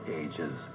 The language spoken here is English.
ages